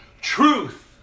truth